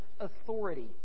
authority